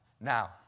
now